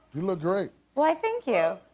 look great. why, thank you.